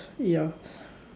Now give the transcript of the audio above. ya